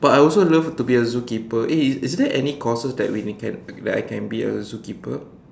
but I also love to be a zookeeper eh is there any courses that we can that I can be a zookeeper